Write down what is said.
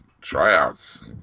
tryouts